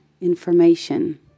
information